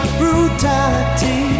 brutality